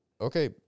okay